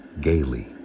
gaily